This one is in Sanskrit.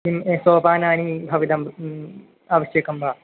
किं सोपानानि भवितुम् आवश्यकं वा